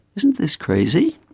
isn't this crazy?